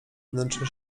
wnętrze